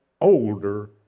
older